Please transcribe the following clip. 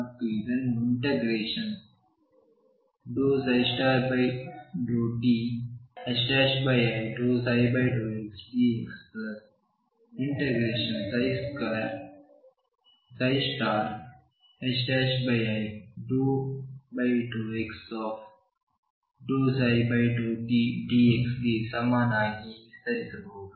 ಮತ್ತು ಇದನ್ನು ∂ψ∂ti ∂ψ∂xdx∫i∂x ∂ψ∂tdx ಗೆ ಸಮನಾಗಿ ವಿಸ್ತರಿಸಬಹುದು